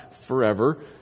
forever